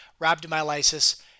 rhabdomyolysis